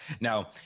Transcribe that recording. Now